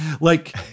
Like-